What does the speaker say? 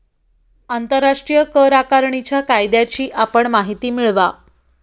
आंतरराष्ट्रीय कर आकारणीच्या कायद्याची आपण माहिती मिळवा